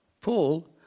Paul